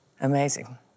Amazing